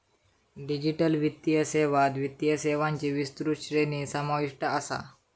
digital वित्तीय सेवात वित्तीय सेवांची विस्तृत श्रेणी समाविष्ट असा